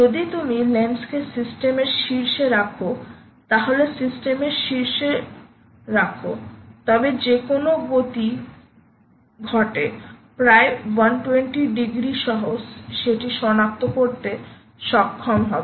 যদি তুমি লেন্সকে সিস্টেম এর শীর্ষে রাখো তাহলে সিস্টেমের শীর্ষে রাখুন তবে যে কোনও গতি ঘটে প্রায় 120 ডিগ্রি সহ সেটি সনাক্ত করতে সক্ষম হবে